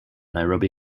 nairobi